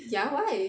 ya why